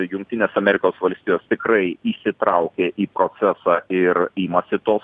jungtinės amerikos valstijos tikrai įsitraukė į procesą ir imasi tos